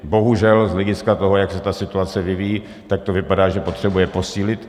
Bohužel z hlediska toho, jak se ta situace vyvíjí, tak to vypadá, že potřebuje posílit.